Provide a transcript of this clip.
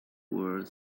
were